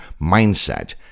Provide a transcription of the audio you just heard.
mindset